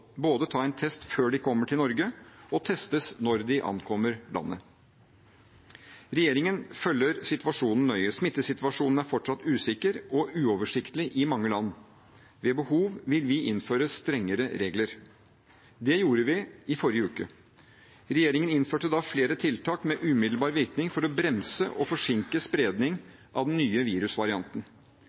en test før de kommer til Norge, og testes når de ankommer landet. Regjeringen følger situasjonen nøye. Smittesituasjonen er fortsatt usikker og uoversiktlig i mange land. Ved behov vil vi innføre strengere regler. Det gjorde vi i forrige uke. Regjeringen innførte da flere tiltak med umiddelbar virkning for å bremse og forsinke spredning av den nye virusvarianten.